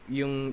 yung